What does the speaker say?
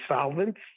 solvents